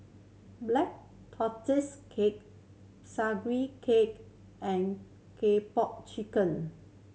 Black Tortoise Cake Sugee Cake and Kung Po Chicken